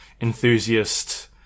enthusiast